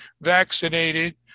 vaccinated